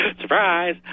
Surprise